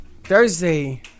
Thursday